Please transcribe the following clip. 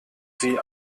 sie